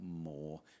more